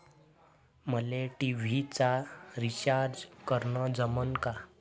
मले टी.व्ही चा रिचार्ज करन जमन का?